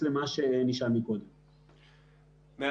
שמתייחסים למחצית הראשונה של ספטמבר 2020. הבלתי